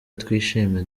twishime